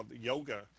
yoga